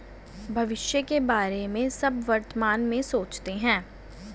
भविष्य के बारे में सब वर्तमान में सोचते हैं